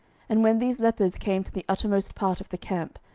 and when these lepers came to the uttermost part of the camp,